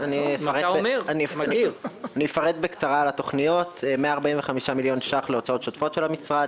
אני אפרט בקצרה על התוכניות: 145 מיליון שקלים להוצאות שוטפות של המשרד,